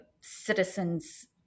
citizens